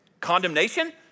Condemnation